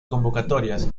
convocatorias